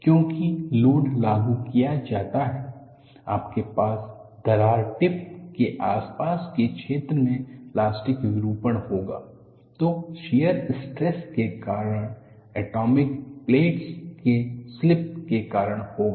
क्योंकि लोड लागू किया जाता है आपके पास दरार टिप के आसपास के क्षेत्र में प्लास्टिक विरूपण होगा जो शियर स्ट्रेस के कारण ऐटामिक प्लेनस के स्लिप के कारण होगा